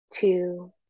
two